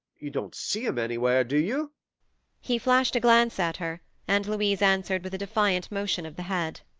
you don't see him anywhere, do you he flashed a glance at her, and louise answered with a defiant motion of the head.